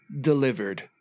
delivered